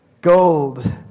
gold